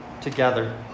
together